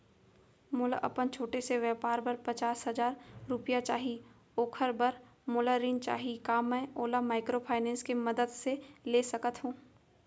मोला अपन छोटे से व्यापार बर पचास हजार रुपिया चाही ओखर बर मोला ऋण चाही का मैं ओला माइक्रोफाइनेंस के मदद से ले सकत हो?